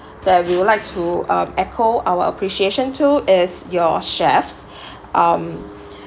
that we would like to um echo our appreciation to is your chefs um